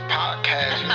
podcast